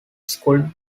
school